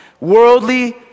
Worldly